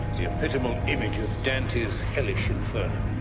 the epitomal image of dante's hellish inferno.